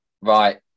right